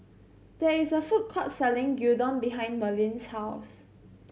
there is a food court selling Gyudon behind Merlene's house